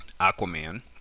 Aquaman